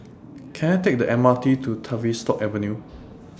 Can I Take The MRT to Tavistock Avenue